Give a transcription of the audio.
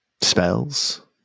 Spells